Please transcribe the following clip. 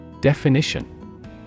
Definition